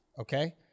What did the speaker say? okay